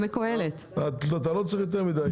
אתה לא צריך יותר מדיי